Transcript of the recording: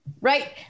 right